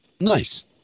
Nice